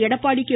Edappadi K